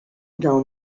dawn